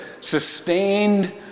sustained